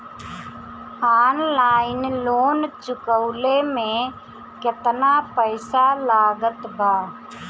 Online loan चुकवले मे केतना पईसा लागत बा?